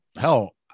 hell